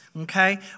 Okay